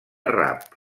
rap